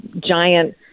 giant